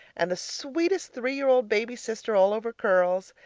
and the sweetest three-year-old baby sister all over curls,